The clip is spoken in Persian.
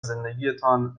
زندگیتان